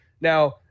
Now